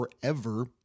forever